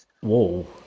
Whoa